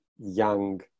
young